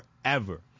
forever